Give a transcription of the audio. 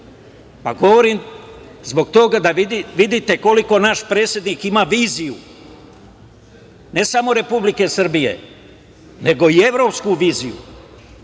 Govorim zbog toga da vidite koliko naš predsednik ima viziju, ne samo Republike Srbije, nego i evropsku viziju